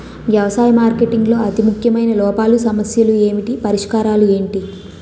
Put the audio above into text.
వ్యవసాయ మార్కెటింగ్ లో అతి ముఖ్యమైన లోపాలు సమస్యలు ఏమిటి పరిష్కారాలు ఏంటి?